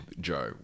Joe